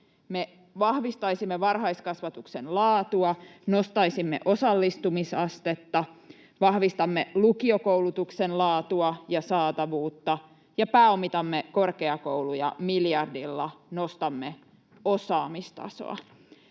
vahvistaisimme varhaiskasvatuksen laatua, nostaisimme osallistumisastetta, vahvistamme lukiokoulutuksen laatua ja saatavuutta ja pääomitamme korkeakouluja miljardilla — nostamme osaamistasoa.